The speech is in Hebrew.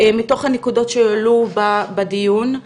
מתוך הנקודות שהועלו בדיון,